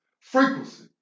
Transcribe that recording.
frequency